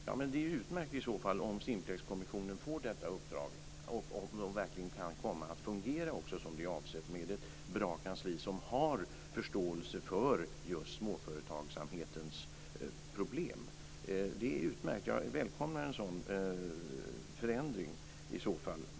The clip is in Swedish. Fru talman! Det är i så fall utmärkt om Simplexkommissionen får detta uppdrag och verkligen kan komma att fungera som det är avsett med ett bra kansli som har förståelse för just småföretagsamhetens problem. Det är utmärkt. Jag välkomnar en sådan förändring i så fall.